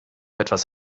etwas